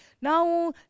Now